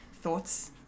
thoughts